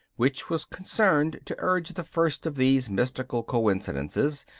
which was concerned to urge the first of these mystical coincidences,